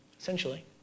essentially